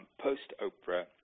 post-Oprah